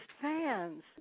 fans